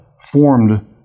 Formed